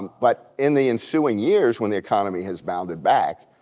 but in the ensuing years when the economy has bounded back,